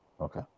Okay